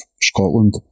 Scotland